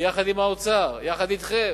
יחד עם האוצר, יחד אתכם.